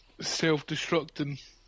self-destructing